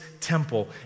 temple